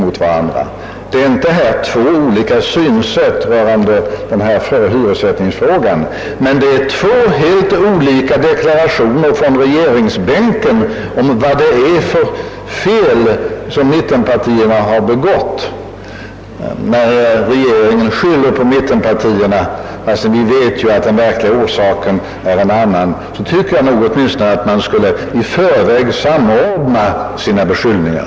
Mittenpartierna har inte två olika synsätt på hyressättningsfrågan, men vi har fått höra två helt olika deklarationer från regeringsbänken om vad det är för fel mittenpartierna har begått. Regeringen skyller på mittenpartierna, fastän vi vet att den verkliga orsaken är en annan. Men jag tycker att man då åtminstone borde försöka att i förväg samordna sina beskyllningar.